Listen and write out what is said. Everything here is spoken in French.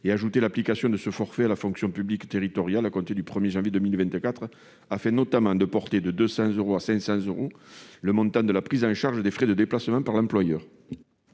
et d'ajouter l'application de ce forfait à la fonction publique territoriale à compter du 1 janvier 2024, afin, notamment, de porter de 200 euros à 500 euros le montant de la prise en charge des frais de déplacement par l'employeur.